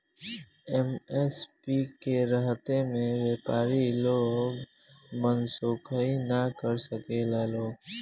MSP के रहता में व्यपारी लोग मनसोखइ ना कर सकेला लोग